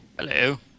Hello